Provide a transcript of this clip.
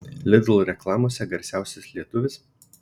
lidl reklamose garsiausias lietuvis